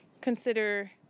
consider